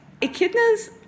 echidnas